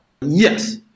Yes